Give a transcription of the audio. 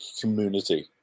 community